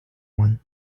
one